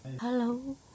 Hello